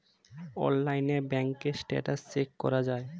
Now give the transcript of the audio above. অনলাইনে ব্যাঙ্কের status check করা যায়